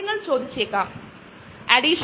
ഇത് ശുപാർശ ചെയുന്ന വെബ്സൈറ്റുകൾ വീഡിയോകൾ